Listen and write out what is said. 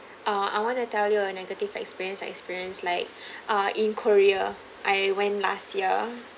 uh I want to tell you a negative experience I experienced like uh in korea I went last year